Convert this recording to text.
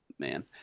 Man